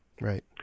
Right